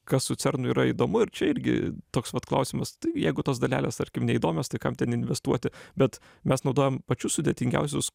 kas su cernu yra įdomu ir čia irgi toks vat klausimas jeigu tos dalelės tarkim neįdomios tai kam ten investuoti bet mes naudojam pačius sudėtingiausius